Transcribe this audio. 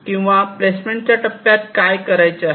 किंवा प्लेसमेंटच्या टप्प्यात काय करायचे आहे